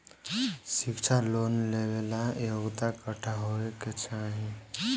शिक्षा लोन लेवेला योग्यता कट्ठा होए के चाहीं?